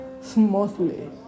smoothly